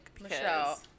Michelle